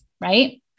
Right